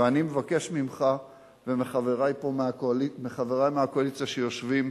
ואני מבקש ממך ומחברי מהקואליציה שיושבים,